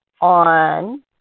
on